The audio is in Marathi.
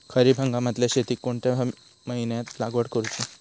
खरीप हंगामातल्या शेतीक कोणत्या महिन्यात लागवड करूची?